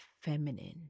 feminine